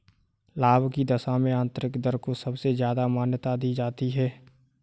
लाभ की दशा में आन्तरिक दर को सबसे ज्यादा मान्यता दी जाती है